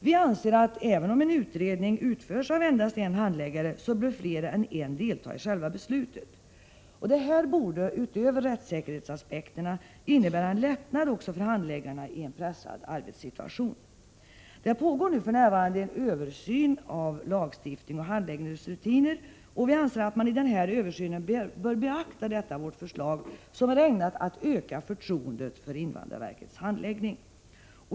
Vi anser att även om en utredning utförs av endast en handläggare, så bör fler än en delta i själva beslutet. Detta borde — utöver rättssäkerhetsaspekterna — innebära en lättnad även för handläggarna i en pressad arbetssituation. Det pågår för närvarande en översyn av lagstiftning och handläggningsrutiner, och vi anser att man i denna översyn bör beakta vårt förslag, som är ägnat att öka förtroendet för invandrarverkets handläggning.